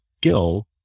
skill